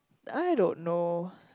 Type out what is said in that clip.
I don't know